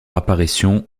apparition